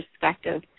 perspective